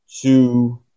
two